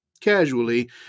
casually